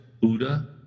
buddha